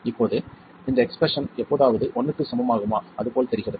இப்போது இந்த எக்ஸ்பிரஸ்ஸன் எப்போதாவது 1 க்கு சமமாகுமா அது போல் தெரிகிறது